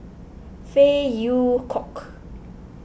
Phey Yew Kok